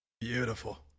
Beautiful